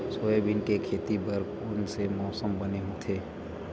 Soybean के खेती बर कोन से मौसम बने होथे?